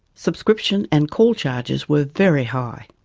subscription and call charges were very high.